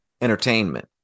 entertainment